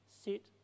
Sit